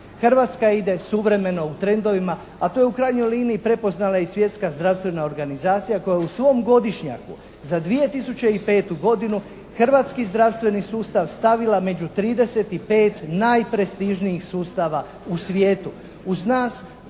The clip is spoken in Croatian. Hrvatska ide suvremeno u trendovima a to je u krajnjoj liniji prepoznala i Svjetska zdravstvena organizacija je u svom godišnjaku za 2005. godinu hrvatski zdravstveni sustav stavila među trideset i pet najprestižnijih sustava u svijetu.